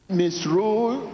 misrule